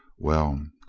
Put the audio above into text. well.